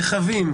רחבים